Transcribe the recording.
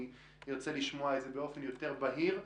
אני ארצה לשמוע את זה באופן יותר בהיר.